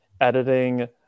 editing